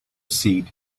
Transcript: seed